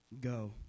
go